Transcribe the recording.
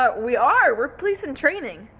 ah we are, we're police in training.